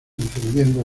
encendiendo